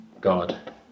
God